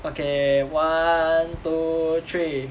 okay one two three